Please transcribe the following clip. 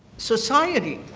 society.